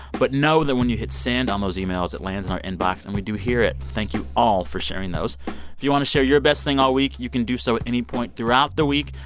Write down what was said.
but know that when you hit send on those emails, it lands in our inbox, and we do hear it. thank you all for sharing those. if you want to share your best thing all week, you can do so any point throughout the week.